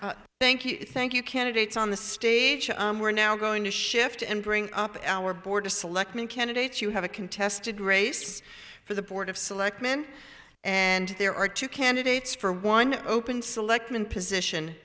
you thank you thank you candidates on the stage we're now going to shift and bring up our border selecting candidates you have a contested race for the board of selectmen and there are two candidates for one open selectman position